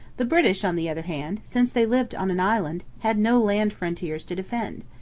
the british, on the other hand, since they lived on an island, had no land frontiers to defend.